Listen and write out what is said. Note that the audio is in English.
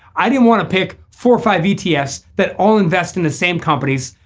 i didn't want to pick four or five etf's that all invest in the same companies.